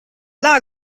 einen